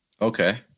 okay